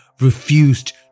refused